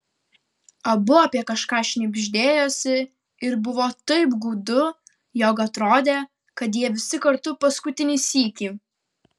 abu apie kažką šnibždėjosi ir buvo taip gūdu jog atrodė kad jie visi kartu paskutinį sykį